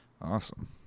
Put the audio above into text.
Awesome